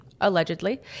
allegedly